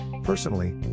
Personally